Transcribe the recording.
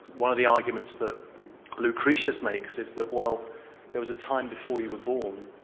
one of the arguments that lucretius makes is that well there was a time before you were born,